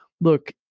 look